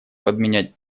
подменять